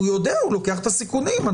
הוא יודע ולוקח את הסיכונים.